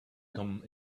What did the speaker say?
come